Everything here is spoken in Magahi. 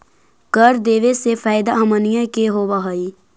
कर देबे से फैदा हमनीय के होब हई